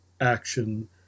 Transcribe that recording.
action